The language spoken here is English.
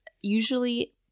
usually